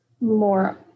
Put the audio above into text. more